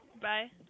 Bye